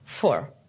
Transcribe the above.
four